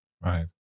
Right